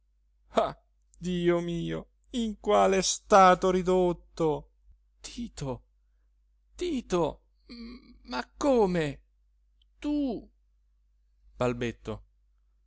ah dio mio in quale stato ridotto tito tito ma come tu balbetto